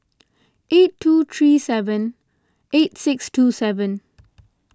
eight two three seven eight six two seven